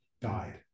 died